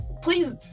Please